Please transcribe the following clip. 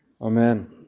Amen